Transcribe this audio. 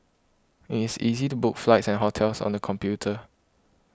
it is easy to book flights and hotels on the computer